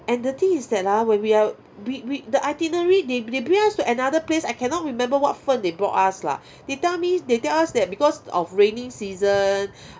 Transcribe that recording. and the thing is that ah when we are we we the itinerary they they bring us to another place I cannot remember what fen they brought us lah they tell me they tell us that because of raining season